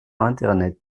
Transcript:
internet